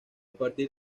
partir